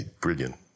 brilliant